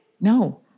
No